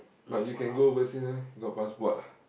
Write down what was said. but you can go overseas meh got passport ah